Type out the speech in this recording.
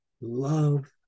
love